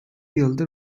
yıldır